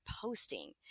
posting